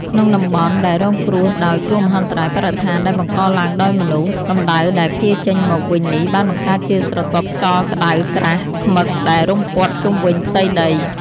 ក្នុងតំបន់ដែលរងគ្រោះដោយ គ្រោះមហន្តរាយបរិស្ថានដែលបង្កឡើងដោយមនុស្ស កម្ដៅដែលភាយចេញមកវិញនេះបានបង្កើតជាស្រទាប់ខ្យល់ក្ដៅក្រាស់ឃ្មឹកដែលរុំព័ទ្ធជុំវិញផ្ទៃដី។